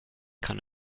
kann